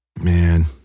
Man